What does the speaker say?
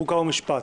חוק ומשפט.